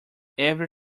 every